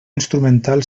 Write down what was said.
instrumental